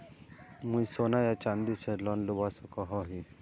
मुई सोना या चाँदी से लोन लुबा सकोहो ही?